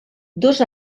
dos